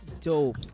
dope